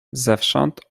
zewsząd